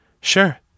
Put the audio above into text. Sure